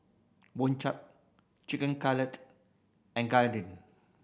Boribap Chicken Cutlet and Gyudon